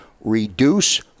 reduce